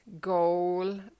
goal